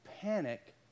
Panic